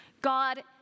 God